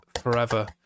forever